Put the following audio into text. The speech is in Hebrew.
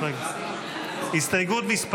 הסתייגות מס'